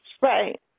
Right